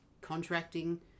contracting